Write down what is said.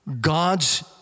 God's